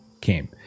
came